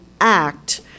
act